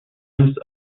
james